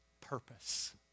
purpose